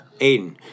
Aiden